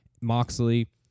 Moxley